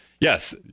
Yes